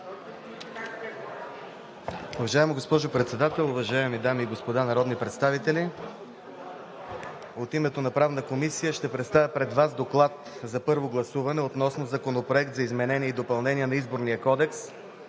Уважаема госпожо Председател, уважаеми дами и господа народни представители! От името на Правната комисия ще представя пред Вас ДОКЛАД за първо гласуване относно Законопроект за изменение и допълнение на Изборния кодекс,